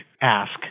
ask